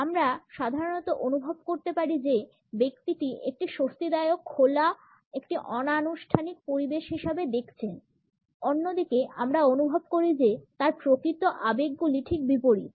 আমরা সাধারণত অনুভব করতে পারি যে ব্যক্তিটি একটি স্বস্তিদায়ক খোলা একটি অনানুষ্ঠানিক পরিবেশ হিসাবে দেখছেন অন্যদিকে আমরা অনুভব করি যে তার প্রকৃত আবেগগুলি ঠিক বিপরীত